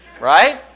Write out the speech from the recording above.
Right